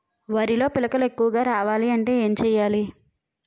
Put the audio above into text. వరిలో పిలకలు ఎక్కువుగా రావాలి అంటే ఏంటి చేయాలి?